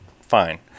fine